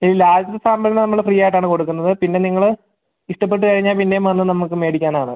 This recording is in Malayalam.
ഇല്ല ആദ്യത്തെ സാമ്പിളിന് നമ്മൾ ഫ്രീ ആയിട്ടാണ് കൊടുക്കുന്നത് പിന്നെ നിങ്ങൾ ഇഷ്ടപ്പെട്ട് കഴിഞ്ഞാൽ പിന്നെയും വന്ന് നമുക്ക് മേടിക്കാവുന്നതാണ്